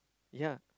yea